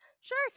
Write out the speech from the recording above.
sure